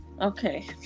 okay